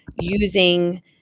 using